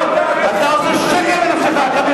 אתה עושה שקר בנפשך.